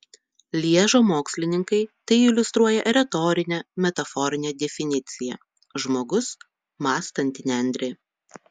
lježo mokslininkai tai iliustruoja retorine metaforine definicija žmogus mąstanti nendrė